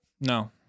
No